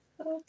Okay